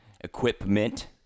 equipment